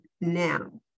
now